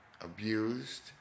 abused